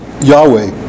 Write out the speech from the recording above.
Yahweh